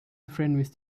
friend